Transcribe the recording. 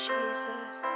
Jesus